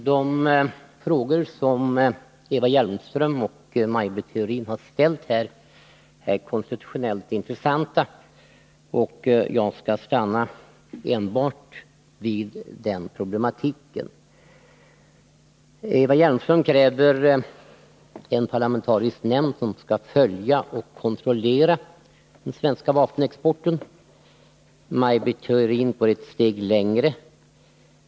Herr talman! De frågor som Eva Hjelmström och Maj Britt Theorin ställt här är konstitutionellt intressanta, och jag skall uppehålla mig vid den konstitutionella problematiken. Eva Hjelmström kräver en parlamentarisk nämnd som skall följa och kontrollera den svenska vapenexporten. Maj Britt Theorin går ett steg längre.